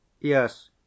Yes